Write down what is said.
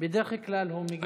בדרך כלל הוא מגיע.